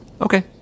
Okay